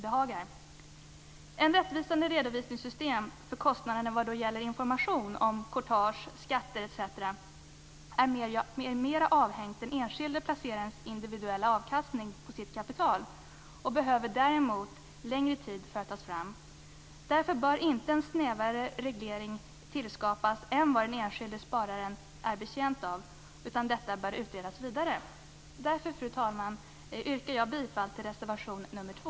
Ett rättvisande redovisningssystem för kostnader vad gäller information om courtage, skatter etc. är mer avhängigt av den enskilde placerarens individuella avkastning på sitt kapital och behöver längre tid att tas fram. Därför bör inte en snävare reglering tillskapas än vad den enskilde spararen är betjänt av, utan detta bör utredas vidare. Därför, fru talman, yrkar jag bifall till reservation nr 2.